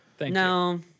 No